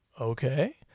Okay